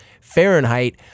Fahrenheit